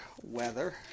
weather